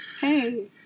Hey